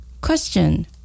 Question